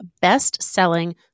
best-selling